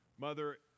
mother